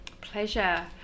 Pleasure